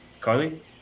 Carly